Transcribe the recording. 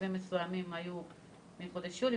מרכיבים מסוימים היו מחודש יולי,